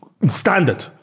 standard